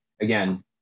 again